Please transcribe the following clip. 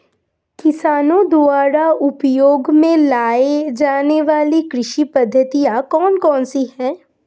किसानों द्वारा उपयोग में लाई जाने वाली कृषि पद्धतियाँ कौन कौन सी हैं?